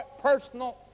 personal